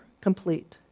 complete